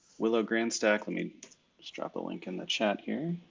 willow-grandstack. let me just drop a link in the chat here.